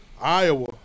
Iowa